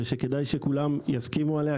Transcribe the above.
ושכדאי שכולם יסכימו עליה,